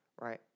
right